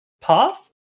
Path